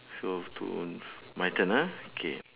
so to my turn ah okay